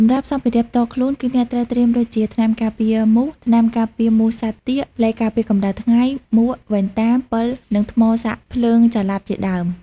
សម្រាប់សម្ភារៈផ្ទាល់ខ្លួន គឺអ្នកត្រូវត្រៀមដូចជា ថ្នាំការពារមូស ថ្នាំការពារមូសសត្វទាក ឡេការពារកម្ដៅថ្ងៃ មួក វ៉ែនតា ពិល និងថ្មសាកភ្លើងចល័ត ជាដើម។